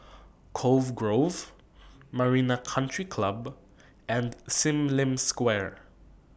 Cove Grove Marina Country Club and SIM Lim Square